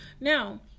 Now